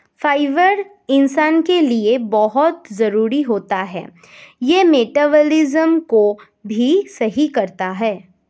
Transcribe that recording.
fibre इंसान के लिए बहुत जरूरी होता है यह मटबॉलिज़्म को भी सही बनाए रखता है